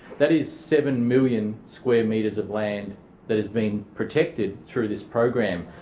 that is seven million square metres of land that is being protected through this program.